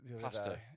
Pasta